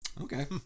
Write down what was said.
okay